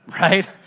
right